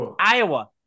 Iowa